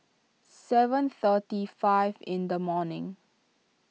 seven thirty five in the morning